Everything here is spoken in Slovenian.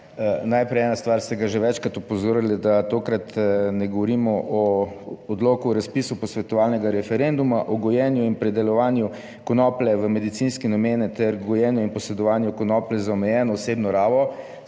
Najprej ena stvar, ste ga že večkrat opozorili, da tokrat ne govorimo o odloku o razpisu posvetovalnega referenduma o gojenju in predelovanju konoplje v medicinske namene ter gojenju in posedovanju konoplje za omejeno osebno rabo.